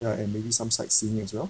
ya and maybe some sightseeing as well